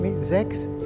six